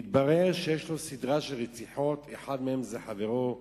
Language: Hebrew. מתברר שיש לו סדרה של רציחות, אחד מהם חברו לכלא,